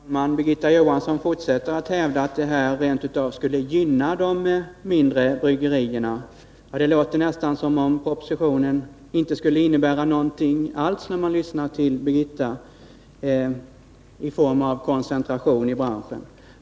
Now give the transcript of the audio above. Herr talman! Birgitta Johansson fortsätter att hävda att det här förslaget rent av skulle gynna de mindre bryggerierna. Det låter nästan som om propositionen inte skulle innebära någon form av koncentration i branschen alls, när man lyssnar till Birgitta Johansson.